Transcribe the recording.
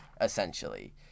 essentially